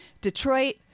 Detroit